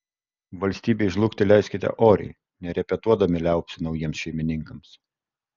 valstybei žlugti leiskite oriai nerepetuodami liaupsių naujiems šeimininkams